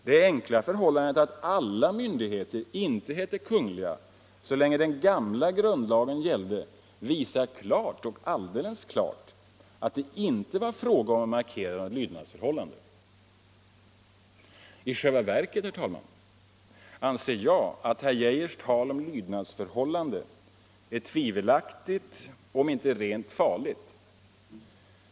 Det enkla förhållandet att inte alla myndigheter hette Kungl. så länge den gamla grundlagen gällde visar alldeles klart att det inte var fråga om att markera något lydnadsförhållande. I själva verket, herr talman, anser jag att herr Geijers tal om lydnadsförhållande är tvivelaktigt om inte rent farligt.